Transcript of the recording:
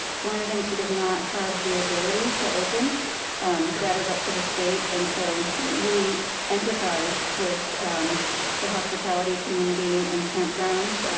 it's one of the things she does not have the ability to open that is up to the state. and so we empathize with the hospitality community and campgrounds.